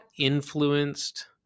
influenced